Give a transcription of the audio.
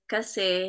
Kasi